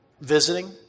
visiting